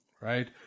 right